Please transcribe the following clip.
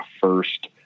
first